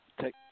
take